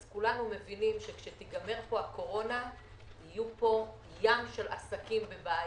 אז כולנו מבינים שכשתיגמר הקורונה יהיו פה ים של עסקים בבעיה.